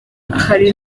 hari